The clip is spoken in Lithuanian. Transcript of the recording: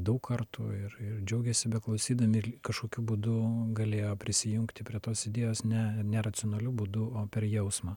daug kartų ir ir džiaugėsi beklausydami kažkokiu būdu galėjo prisijungti prie tos idėjos ne ne racionaliu būdu o per jausmą